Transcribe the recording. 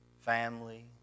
family